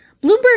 Bloomberg